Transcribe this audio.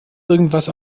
irgendwas